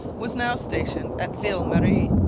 was now stationed at ville marie.